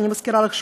אני מזכירה לך שוב.